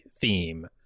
theme